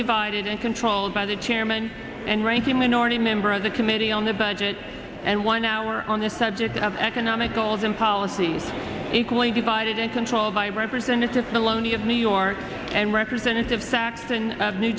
divided and controlled by the chairman and ranking minority member of the committee on the budget and one hour on the subject of economic goals and policies equally divided and controlled by representative maloney of new york and representative saxon of new